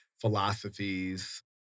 philosophies